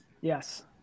Yes